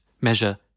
measure